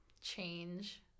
change